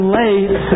late